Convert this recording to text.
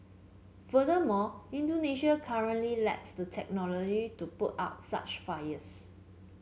furthermore Indonesia currently lacks the technology to put out such fires